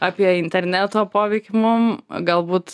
apie interneto poveikį mum galbūt